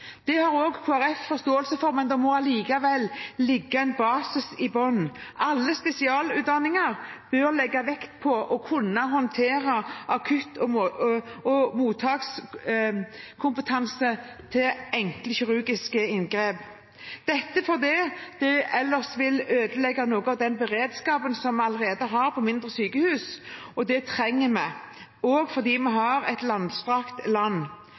har også Kristelig Folkeparti forståelse for, men det må likevel ligge en basis i bunn. Alle spesialutdanninger bør legge vekt på at man skal ha akutt- og mottakskompetanse og kunne enkle kirurgiske inngrep – dette fordi det ellers vil ødelegge noe av den beredskapen vi allerede har ved mindre sykehus, og det trenger vi – også fordi vi har et langstrakt land.